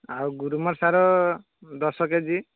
ଆଉ ଗ୍ରୋମର ସାର ଦଶ କେ ଜି